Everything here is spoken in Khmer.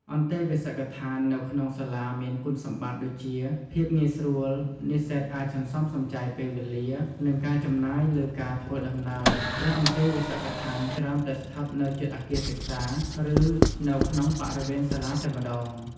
អន្តេវាសិកដ្ឋាននៅក្នុងសាលាមានគុណសម្បត្តិ ដូចជា ភាពងាយស្រួល និស្សិតអាចសន្សំសំចៃពេលវេលា និងការចំណាយលើការធ្វើដំណើរ ព្រោះអន្តេវាសិកដ្ឋានច្រើនតែស្ថិតនៅជិតអគារសិក្សា ឬនៅក្នុងបរិវេណសាលាតែម្ដង។